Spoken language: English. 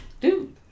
Dude